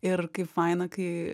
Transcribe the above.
ir kaip faina kai